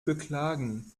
beklagen